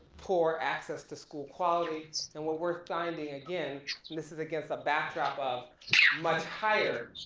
poor access to school quality and what we're finding again, and this is against a backdrop of much higher